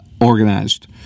organized